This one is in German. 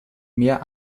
mehr